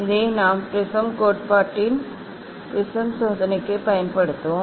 இதை நாம் ப்ரிஸம் கோட்பாட்டின் ப்ரிஸம் சோதனைக்கு பயன்படுத்துவோம்